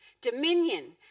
dominion